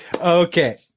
Okay